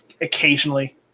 occasionally